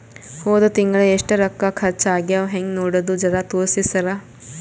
ಹೊದ ತಿಂಗಳ ಎಷ್ಟ ರೊಕ್ಕ ಖರ್ಚಾ ಆಗ್ಯಾವ ಹೆಂಗ ನೋಡದು ಜರಾ ತೋರ್ಸಿ ಸರಾ?